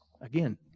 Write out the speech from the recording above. Again